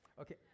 Okay